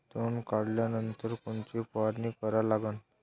तन काढल्यानंतर कोनची फवारणी करा लागन?